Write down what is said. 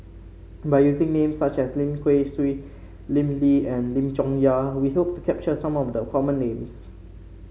by using names such as Lim Kay Siu Lim Lee and Lim Chong Yah we hope to capture some of the common names